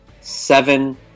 seven